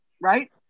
right